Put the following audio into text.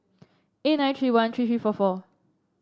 eight nine three one three three four four